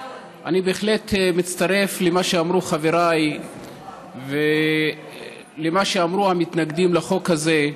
אני בהחלט מצטרף למה שאמרו חבריי ולמה שאמרו המתנגדים לחוק הזה,